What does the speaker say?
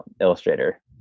Illustrator